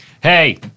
Hey